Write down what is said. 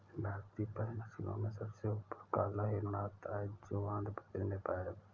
भारतीय पशु नस्लों में सबसे ऊपर काला हिरण आता है जो आंध्र प्रदेश में पाया जाता है